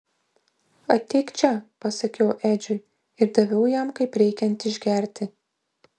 ateik čia pasakiau edžiui ir daviau jam kaip reikiant išgerti